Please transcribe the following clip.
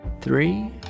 three